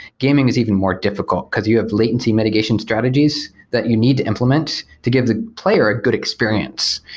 gaming is even more difficult, because you have latency mitigation strategies that you need to implement to give the player a good experience.